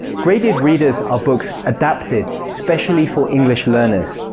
graded readers are books adapted specially for english learners.